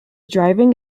driving